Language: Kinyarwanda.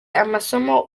amasomo